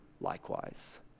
likewise